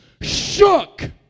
shook